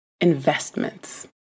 Investments